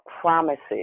promises